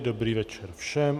Dobrý večer všem.